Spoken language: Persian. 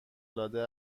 العاده